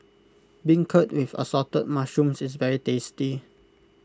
Beancurd with Assorted Mushrooms is very tasty